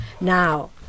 Now